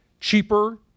cheaper